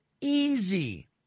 easy